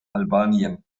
albanien